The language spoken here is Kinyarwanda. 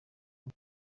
ngo